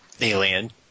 Alien